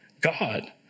God